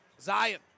Zion